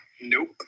nope